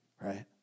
right